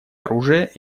оружия